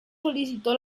solicitó